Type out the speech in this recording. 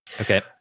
okay